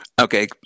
Okay